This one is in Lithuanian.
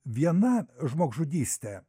viena žmogžudystė